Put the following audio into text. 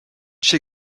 she